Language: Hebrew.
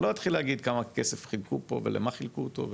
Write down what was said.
אני לא אתחיל להגיד כמה כסף חילקו פה ולמה חילקו אותו,